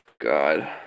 God